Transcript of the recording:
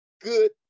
good